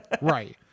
Right